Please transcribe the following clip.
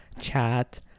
chat